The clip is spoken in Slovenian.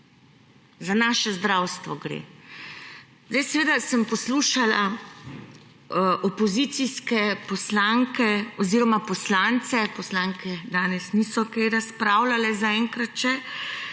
Za naše zdravstvo gre. Seveda sem poslušala opozicijske poslanke oziroma poslance, poslanke danes niso kaj razpravljale zaenkrat še,